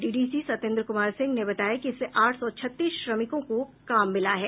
DDC Satyendra Kumar Singh ने बताया कि इससे आठ सौ छत्तीस श्रमिकों को काम मिला है